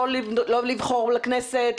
לא לבחור לכנסת,